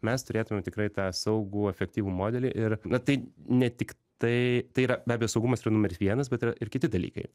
mes turėtume tikrai tą saugų efektyvų modelį ir na tai ne tiktai tai yra be abejo saugumas yra numeris vienas bet yra ir kiti dalykai